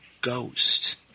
ghost